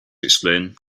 explain